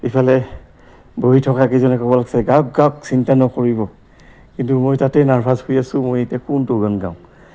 ইফালে বহি থকা কেইজনে ক'ব লাগছে গাওক গাওক চিন্তা নকৰিব কিন্তু মই তাতেই নাৰ্ভাছ হৈ আছোঁ মই এতিয়া কোনটো গান গাও